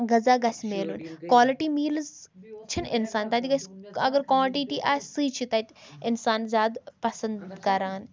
غذا گژھِ مٮ۪لُن کالٹی میٖلٕز چھِنہٕ اِنسان تَتہِ گَژھِ اگر کانٹِٹی آسہِ سُے چھِ تَتہِ اِنسان زیادٕ پَسَنٛد کَران